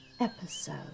Episode